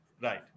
Right